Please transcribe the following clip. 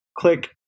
click